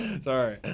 Sorry